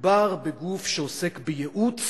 מדובר בגוף שעוסק בייעוץ